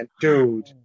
Dude